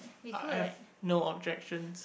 I have no objections